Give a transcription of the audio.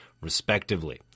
respectively